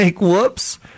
whoops